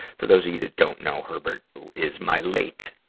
for those of you that don't know, herbert is my late,